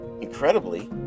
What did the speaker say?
Incredibly